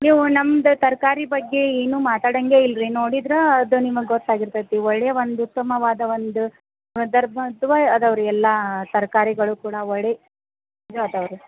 ನೀವು ನಮ್ದು ತರಕಾರಿ ಬಗ್ಗೆ ಏನೂ ಮಾತಾಡಂಗೇ ಇಲ್ಲ ರೀ ನೋಡಿದ್ರೇ ಅದು ನಿಮಗೆ ಗೊತ್ತಾಗಿರತೈತಿ ಒಳ್ಳೆಯ ಒಂದು ಉತ್ತಮವಾದ ಒಂದು ಧರ್ಮದವೇ ಅದಾವೆ ರೀ ಎಲ್ಲಾ ತರಕಾರಿಗಳು ಕೂಡ ಒಳ್ಳೆಯ ಅದವೆ ರೀ